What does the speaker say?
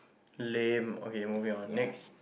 lame okay moving on next